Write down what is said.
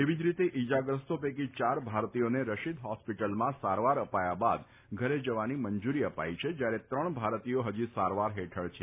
એવી જ રીતે ઈજાગ્રસ્તો પૈકી ચાર ભારતીયોને રશીદ જોસ્પીટલમાં સારવાર અપાયા બાદ ધરે જવાની મંજુરી અપા છે જ્યારે ત્રણ ભારતીયો ફજી સારવાર ફેઠળ છે